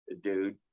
dude